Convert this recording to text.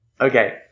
okay